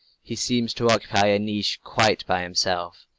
he seems to occupy a niche quite by himself.